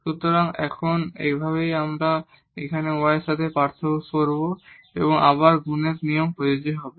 সুতরাং এখন আমরা এখানে y এর সাথে পার্থক্য করব এবং আবার গুনের নিয়ম প্রযোজ্য হবে